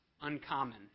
uncommon